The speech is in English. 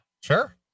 Sure